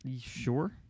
Sure